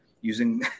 using